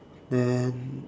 then